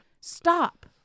Stop